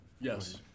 yes